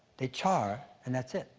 they char, and that's it.